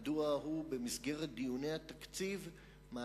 מדוע הוא מעלה בכלל במסגרת דיוני התקציב את